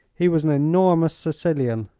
he was an enormous sicilian,